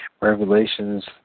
Revelations